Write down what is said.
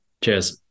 Cheers